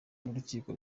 n’urukiko